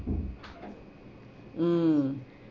mm